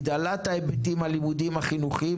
הגדלת ההיבטים הלימודיים-חינוכיים.